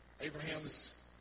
Abraham's